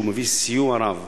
שמביא סיוע רב